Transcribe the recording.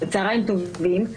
צהרים טובים.